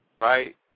right